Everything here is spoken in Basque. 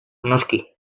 noski